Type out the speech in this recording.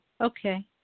Okay